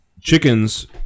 chickens